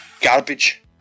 garbage